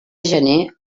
gener